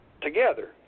together